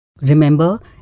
Remember